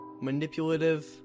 manipulative